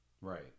right